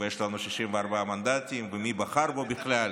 יש לנו 64 מנדטים, ומי בחר בו בכלל?